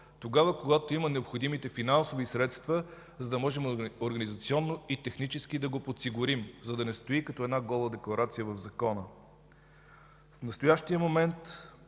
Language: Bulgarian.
тогава, когато има необходимите финансови средства, за да можем организационно и технически да го подсигурим, за да не стои като гола декларация в закона. В настоящия момент